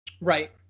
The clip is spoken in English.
right